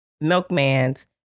Milkman's